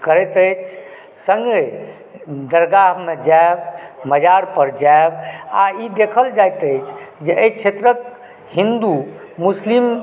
करैत अछि सङ्गे दरगाहमे जाएब मजार पर जाएब आ ई देखल जाइत अछि जे एहि क्षेत्रके हिंदू मुस्लिम